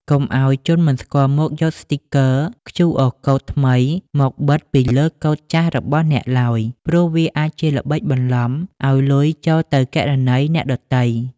កុំឱ្យជនមិនស្គាល់មុខយកស្ទីគ័រ QRកូដ ថ្មីមកបិទពីលើកូដចាស់របស់អ្នកឡើយ ព្រោះវាអាចជាល្បិចបន្លំឱ្យលុយចូលទៅគណនីអ្នកដទៃ។